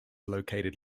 located